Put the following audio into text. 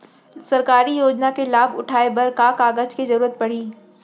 सरकारी योजना के लाभ उठाए बर का का कागज के जरूरत परही